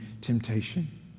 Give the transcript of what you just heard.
temptation